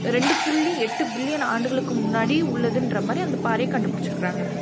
ரெண்டு புள்ளி எட்டு பில்லியன் ஆண்டுகளுக்கு முன்னாடி உள்ளதுன்ற மாதிரி அந்த பாறையை கண்டுபிடிச்சிருக்குறாங்க